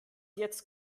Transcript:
jetzt